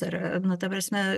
ar nu ta prasme